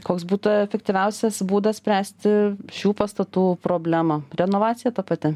koks būtų efektyviausias būdas spręsti šių pastatų problemą renovacija ta pati